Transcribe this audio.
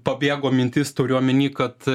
pabėgo mintis turiu omeny kad